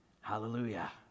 Hallelujah